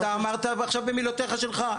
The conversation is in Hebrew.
אתה אמרת עכשיו במילותיך שלך,